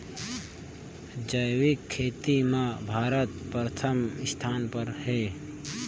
जैविक खेती म भारत प्रथम स्थान पर हे